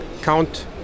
count